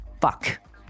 Fuck